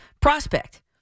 prospect